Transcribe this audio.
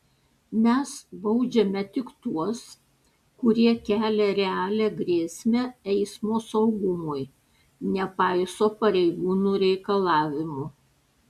mes baudžiame tik tuos kurie kelia realią grėsmę eismo saugumui nepaiso pareigūnų reikalavimų